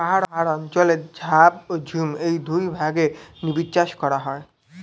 পাহাড় অঞ্চলে ধাপ ও ঝুম এই দুই ভাগে নিবিড় চাষ করা হয়